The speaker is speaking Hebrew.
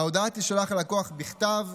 ההודעה תישלח ללקוח בכתב,